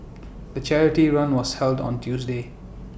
the charity run was held on Tuesday